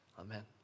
Amen